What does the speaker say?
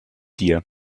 dir